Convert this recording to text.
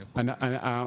אלטרנטיבי.